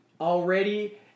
already